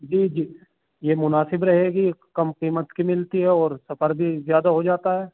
جی جی یہ مناسب رہے گی کم قیمت کی ملتی ہے اور سفر بھی زیادہ ہو جاتا ہے